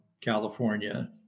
California